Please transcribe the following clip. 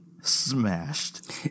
Smashed